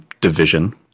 division